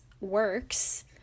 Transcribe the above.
works